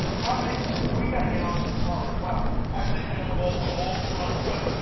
problem is, we gotta get on with this car as well. i say we unbolt the whole front clip,